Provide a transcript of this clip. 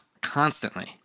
constantly